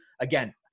again